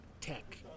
tech